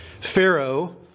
Pharaoh